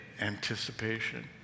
anticipation